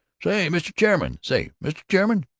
say, mr. chairman say, mr. chairman!